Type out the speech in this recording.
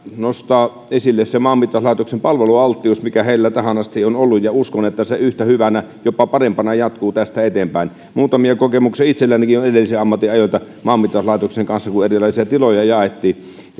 nostaa esille maanmittauslaitoksen palvelualttius mikä heillä tähän asti on ollut ja uskon että se yhtä hyvänä jopa parempana jatkuu tästä eteenpäin muutamia kokemuksia itsellänikin on edellisen ammattini ajoilta maanmittauslaitoksen kanssa kun erilaisia tiloja jaettiin